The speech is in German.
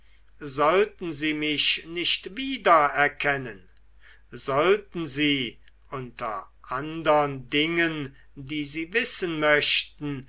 sollten sie mich nicht wiedererkennen sollten sie unter andern dingen die sie wissen möchten